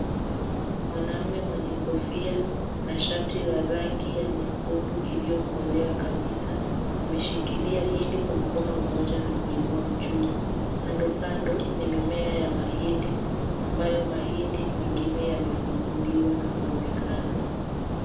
Mwanamme mwenye kofia na shati la rangi ya nyekundu iliyokolea kabisa ameshikilia hindi kwa mkono moja na kuinua juu. Kandokando ni mimea ya mahindi, ambayo mahindi mingine imefunguliwa na kuonekana.